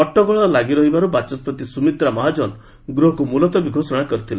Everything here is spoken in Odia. ହଟ୍ଟଗୋଳ ଲାଗି ରହିବାରୁ ବାଚସ୍କତି ସୁମିତ୍ରା ମହାଜନ ଗୃହକୁ ମୁଲତବୀ ଘୋଷଣା କରିଥିଲେ